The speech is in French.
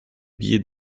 billets